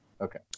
Okay